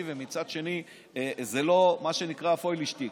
ומצד שני זה לא מה שנקרא פוילע-שטיק,